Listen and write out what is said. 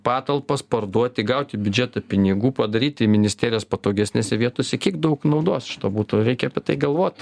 patalpas parduoti gaut į biudžetą pinigų padaryti ministerijas patogesnėse vietose kiek daug naudos iš to būtų reikia apie tai galvot